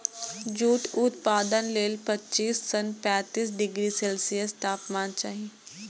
jute उत्पादन लेल पच्चीस सं पैंतीस डिग्री सेल्सियस तापमान चाही